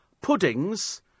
puddings